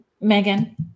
Megan